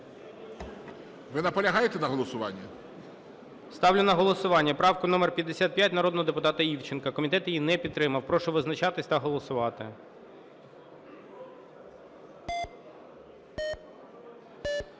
Ви наполягаєте на голосуванні? ГОЛОВУЮЧИЙ. Ставлю на голосування правку номер 55 народного депутата Івченка, комітет її не підтримав. Прошу визначатись та голосувати.